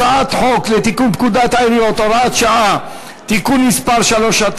הצעת חוק לתיקון פקודת העיריות (הוראת שעה) (תיקון מס' 3),